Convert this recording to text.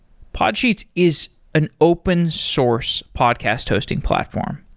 podsheets is an open source podcast hosting platform,